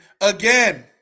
again